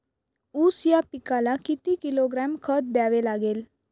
ऊस या पिकाला किती किलोग्रॅम खत द्यावे लागेल?